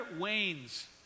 wanes